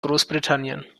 großbritannien